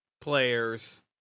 players